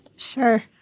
Sure